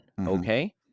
Okay